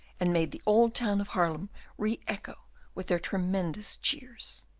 and made the old town of haarlem re-echo with their tremendous cheers.